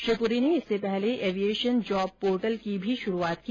श्री पुरी ने इससे पहले एविएशन जॉब पोर्टल की भी शुरूआत की